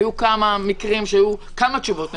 היו כמה מקרים שהיו כמה תשובות נכונות,